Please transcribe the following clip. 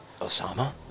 Osama